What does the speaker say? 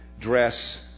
dress